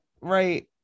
right